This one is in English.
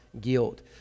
guilt